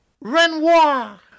Renoir